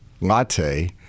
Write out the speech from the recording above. latte